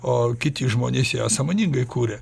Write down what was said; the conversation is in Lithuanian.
o kiti žmonės ją sąmoningai kuria